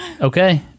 Okay